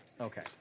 Okay